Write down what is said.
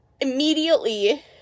immediately